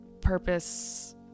purpose